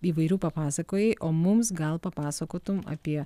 įvairių papasakojai o mums gal papasakotum apie